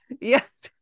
yes